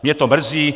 Mě to mrzí.